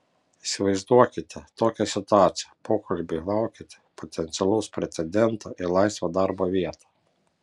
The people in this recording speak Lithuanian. įsivaizduokite tokią situaciją pokalbiui laukiate potencialaus pretendento į laisvą darbo vietą